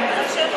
לעזור,